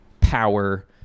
power